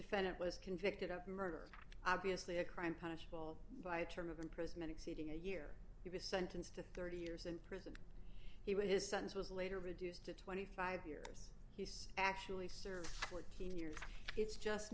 defendant was convicted of murder obviously a crime punishable by a term of imprisonment exceeding a year he was sentenced to thirty years and he was his son's was later reduced to twenty five years he's actually served fourteen years it's just